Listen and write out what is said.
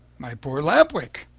my poor lamp-wick!